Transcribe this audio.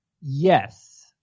Yes